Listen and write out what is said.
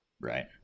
Right